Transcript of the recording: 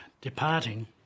departing